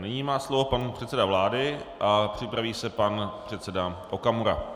Nyní má slovo pan předseda vlády a připraví se pan předseda Okamura.